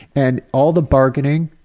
and all the bargaining,